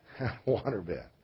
Waterbed